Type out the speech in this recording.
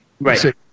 Right